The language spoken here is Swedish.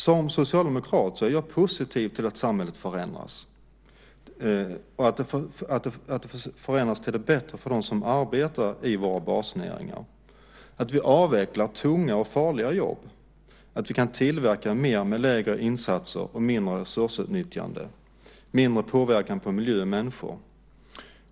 Som socialdemokrat är jag positiv till att samhället förändras till det bättre för dem som arbetar i våra basnäringar; att vi avvecklar tunga och farliga jobb, att vi kan tillverka mer med lägre insatser och mindre resursutnyttjande, med mindre påverkan på miljö och människor.